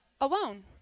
alone